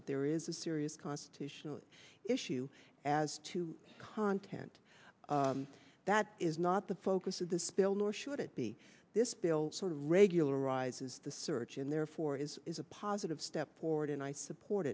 but there is a serious constitutional issue as to content that is not the focus of this bill nor should it be this bill sort of regularize is the search and therefore is is a positive step forward and i support